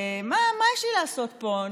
מה יש לי לעשות פה?